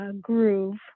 groove